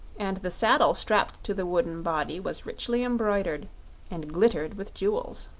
and the saddle strapped to the wooden body was richly embroidered and glistened with jewels.